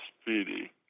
Speedy